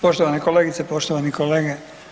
Poštovane kolegice, poštovani kolege.